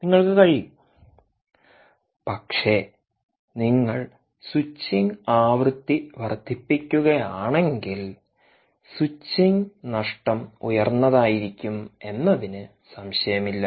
നിങ്ങൾക്ക് കഴിയും പക്ഷേ നിങ്ങൾ സ്വിച്ചിംഗ് ആവൃത്തി വർദ്ധിപ്പിക്കുകയാണെങ്കിൽ സ്വിച്ചിംഗ് നഷ്ടം ഉയർന്നതായിരിക്കും എന്നതിന് സംശയമില്ല